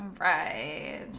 Right